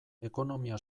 ekonomia